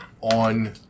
on